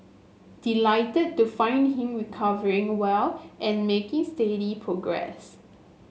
delighted to find him recovering well and making steady progress